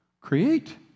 create